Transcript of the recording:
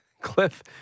Cliff